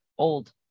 old